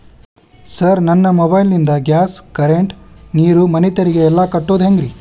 Sir ನನ್ನ mobile ನಿಂದ gas, current, ನೇರು, ಮನೆ ತೆರಿಗೆ ಎಲ್ಲಾ ಕಟ್ಟೋದು ಹೆಂಗ್ರಿ?